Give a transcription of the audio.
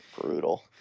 Brutal